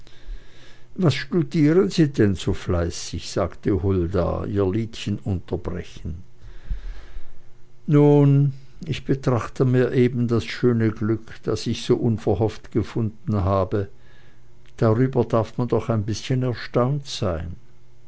was studieren sie denn so fleißig sagte hulda ihr liedchen unterbrechend nun ich betrachte mir eben das schöne glück das ich so unverhofft gefunden habe darüber darf man doch ein bißchen erstaunt sein